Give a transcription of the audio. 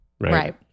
right